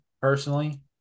personally